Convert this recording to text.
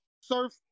Surf